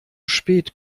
spät